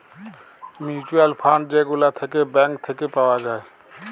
mutual fund যে গুলা থাক্যে ব্যাঙ্ক থাক্যে পাওয়া যায়